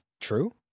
true